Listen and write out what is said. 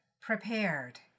Prepared